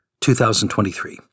2023